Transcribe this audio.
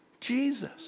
Jesus